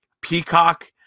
peacock